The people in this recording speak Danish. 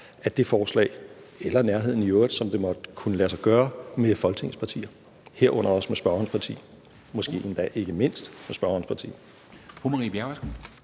af det forslag eller nærheden i øvrigt, som det måtte kunne lade sig gøre, med Folketingets partier – herunder også med spørgerens parti, måske endda ikke mindst med spørgerens parti.